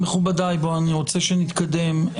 מכובדיי, אני רוצה להתקדם.